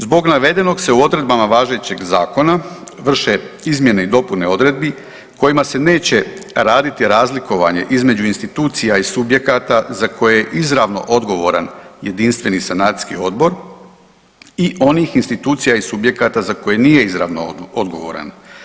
Zbog navedenog se u odredbama važećeg zakona vrše izmjene i dopune odredbi kojima se neće raditi razlikovanje između institucija i subjekata za koje je izravno odgovoran jedinstveni sanacijski odbor i onih institucija i subjekata za koje nije izravno odgovoran.